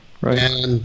right